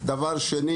דבר שני